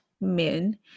men